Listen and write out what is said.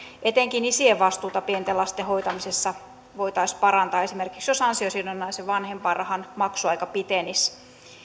etenkin isien vastuuta pienten lasten hoitamisessa voitaisiin parantaa esimerkiksi jos ansiosidonnaisen vanhempainrahan maksuaika pitenisi